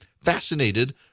fascinated